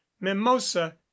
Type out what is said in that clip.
Mimosa